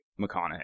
McConaughey